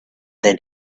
then